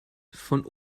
von